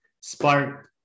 Spark